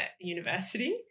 university